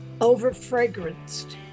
over-fragranced